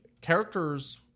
characters